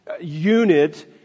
unit